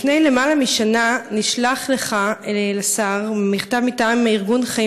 לפני למעלה משנה נשלח לשר מכתב מטעם ארגון "חיים